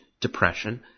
depression